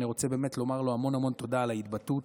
אני רוצה באמת לומר לו המון המון תודה על ההתבטאות.